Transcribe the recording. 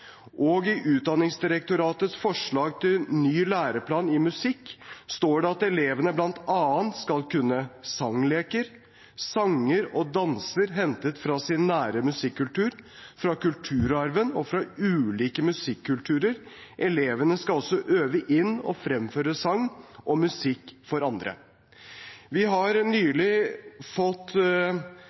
og i Utdanningsdirektoratets forslag til ny læreplan i musikk står det at elevene bl.a. skal kunne sangleker, sanger og danser hentet fra sin nære musikkultur, fra kulturarven og fra ulike musikkulturer. Elevene skal også øve inn og fremføre sang og musikk for andre. Vi har nylig fått